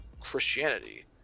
christianity